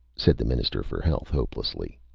said the minister for health, hopelessly.